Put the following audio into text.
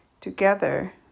Together